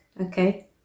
okay